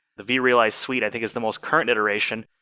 the vrealize suite i think is the most current iteration.